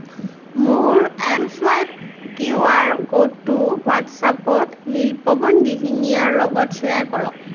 মোৰ M swipe QR ক'ডটো হোৱাট্ছএপত নীলপৱন দিহিঙীয়াৰ লগত শ্বেয়াৰ কৰক